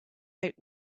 out